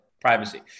privacy